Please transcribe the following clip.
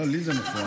לי זה מפריע.